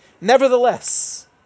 Nevertheless